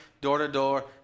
door-to-door